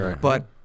but-